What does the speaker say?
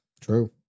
True